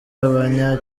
abanya